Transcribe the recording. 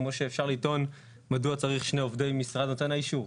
כמו שאפשר לטעון מדוע צריך שני עובדי משרד נותן האישור.